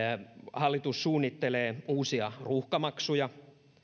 hallitus suunnittelee uusia ruuhkamaksuja